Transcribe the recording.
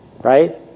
Right